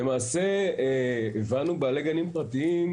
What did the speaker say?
למעשה הבנו, בעלי הגנים הפרטיים,